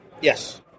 Yes